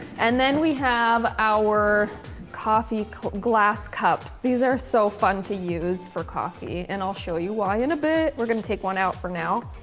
and then we have our coffee glass cups. these are so fun to use for coffee and i'll show you why in a bit. we're gonna take one out for now.